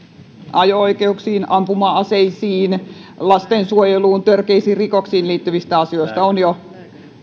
ajo oikeuksiin ampuma aseisiin lastensuojeluun törkeisiin rikoksiin liittyvistä asioista ovat jo